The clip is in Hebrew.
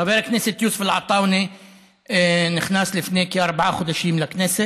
חבר הכנסת יוסף עטאונה נכנס לפני כארבעה חודשים לכנסת,